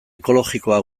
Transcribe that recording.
ekologikoa